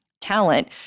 talent